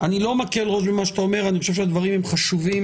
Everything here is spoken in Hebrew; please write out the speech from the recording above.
וזו לא מסגרת התקנות האלה אבל אנחנו מדברים עליה חודשים,